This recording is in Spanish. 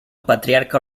patriarca